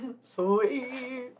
Sweet